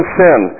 sin